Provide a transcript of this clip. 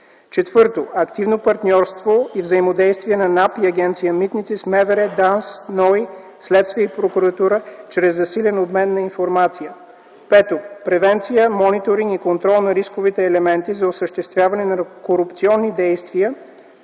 Четвърто, активно партньорство и взаимодействие на НАП и Агенция „Митници” с МВР, ДАНС, НОИ, Следствие и прокуратура, чрез засилен обмен на информация. Пето, превенция, мониторинг и контрол на рисковите елементи за осъществяване на корупционни действия